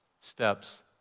steps